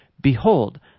Behold